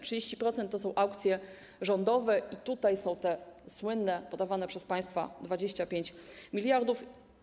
30% to są aukcje rządowe i tutaj znajdują się słynne podawane przez państwa 25 mld.